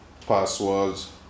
passwords